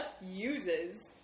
uses